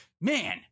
man